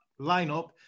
lineup